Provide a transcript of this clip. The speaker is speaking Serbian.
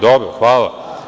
Dobro, hvala.